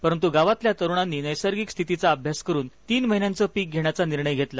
परंतु गावातल्या तरुणांनी नैसर्गिक स्थितीचा अभ्यास करून तीन महिन्यांच पीक घेण्याचा निर्णय घेतला